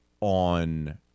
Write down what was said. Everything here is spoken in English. on